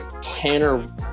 Tanner